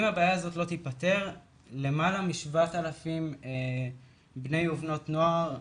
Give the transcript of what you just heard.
אם הבעיה הזאת לא תיפתר אז למעלה מ-7,000 בני ובנות נוער,